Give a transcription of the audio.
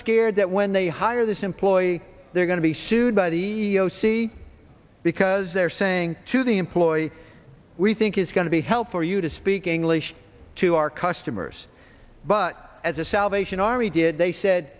scared that when they hire this employee they're going to be sued by the sea because they're saying to the employee we think it's going to be help for you to speak english to our customers but as a salvation army did they said